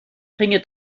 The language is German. bringe